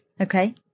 Okay